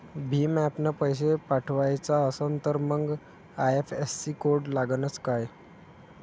भीम ॲपनं पैसे पाठवायचा असन तर मंग आय.एफ.एस.सी कोड लागनच काय?